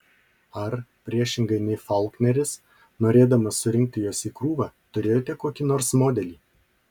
ar priešingai nei faulkneris norėdamas surinkti juos į krūvą turėjote kokį nors modelį